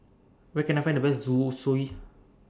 Where Can I Find The Best Zosui